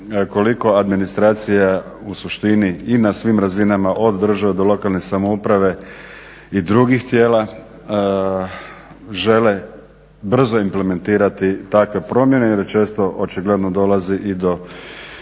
koliko administracija u suštini i na svim razinama od države do lokalne samouprave i drugih tijela žele brzo implementirati takve promjene jer često očigledno dolazi i do